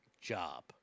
job